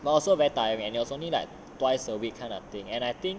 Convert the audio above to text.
but also very tiring and it was only like twice a week kind of thing and I think